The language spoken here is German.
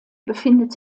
befindet